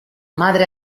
madre